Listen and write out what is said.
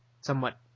somewhat